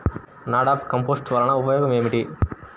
NADEP compost వలన ఉపయోగం ఏమిటి?